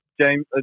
James